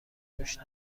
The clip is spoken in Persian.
خوش